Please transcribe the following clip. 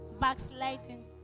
Backsliding